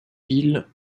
ville